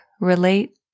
relate